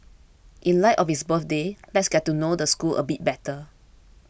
in light of its birthday let's get to know the school a bit better